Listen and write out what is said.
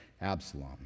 Absalom